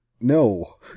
no